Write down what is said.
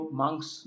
monks